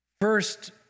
First